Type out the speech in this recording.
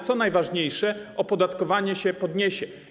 Co najważniejsze, opodatkowanie się podniesie.